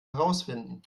herausfinden